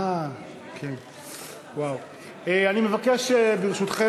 אז אני מבקש, אם אפשר בבקשה: